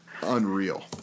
unreal